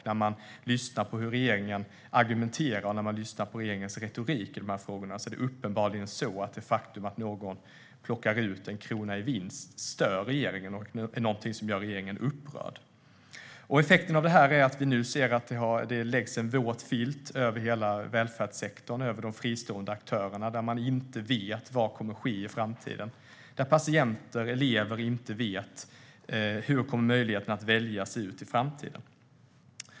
När man lyssnar på hur regeringen argumenterar och på regeringens retorik i de här frågorna är det uppenbart att det faktum att någon plockar ut en krona i vinst stör regeringen och är något som gör regeringen upprörd. Effekten av det här är att det nu läggs en våt filt över hela välfärdssektorn och de fristående aktörerna som inte vet vad som kommer att ske i framtiden. Patienter och elever vet inte hur möjligheten att välja kommer att se ut i framtiden.